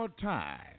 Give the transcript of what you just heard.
time